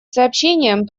сообщениям